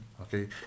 Okay